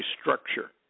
structure